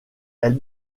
elle